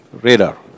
radar